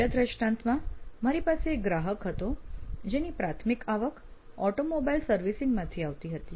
બીજા દ્રષ્ટાંતમાં મારી પાસે એક ગ્રાહક હતો જેની પ્રાથમિક આવક ઑટોમોબાઇલ સર્વિસિંગ માંથી આવતી હતી